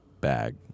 bag